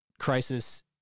crisis